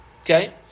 Okay